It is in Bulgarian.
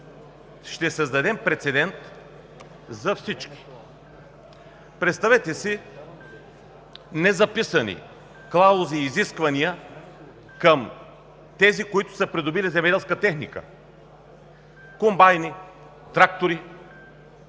ще създадем прецедент за всички. Представете си незаписани клаузи и изисквания към тези, които са придобили земеделска техника – комбайни, трактори